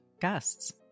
guests